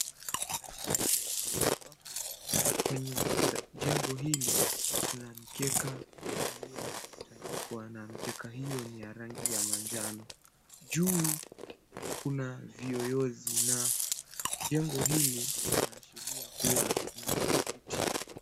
Ndani ya jengo ambapo kwenye jengo hili kuna mkeka iliyotandikwa na mikeka hiyo ni ya rangi ya manjano. Juu kuna viyoyozi na jengo hili linaashiria kua ni msikiti.